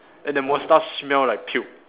and the mustache smell like puke